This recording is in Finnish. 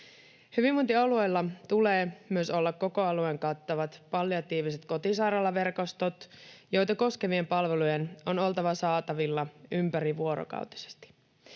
Hyvinvointialueilla tulee myös olla koko alueen kattavat palliatiiviset kotisairaalaverkostot, joita koskevien palvelujen on oltava saatavilla ympärivuorokautisesti.